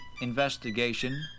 investigation